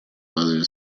others